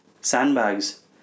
sandbags